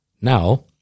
Now